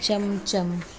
चमचम